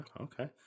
Okay